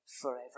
forever